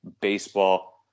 baseball